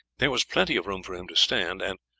there was plenty of room for him to stand, and,